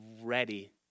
ready